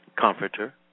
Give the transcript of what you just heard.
comforter